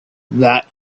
that